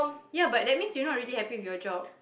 ya but that means you're not really happy with your job